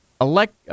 elect